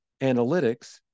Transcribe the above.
analytics